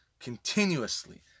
continuously